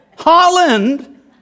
Holland